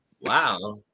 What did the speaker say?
Wow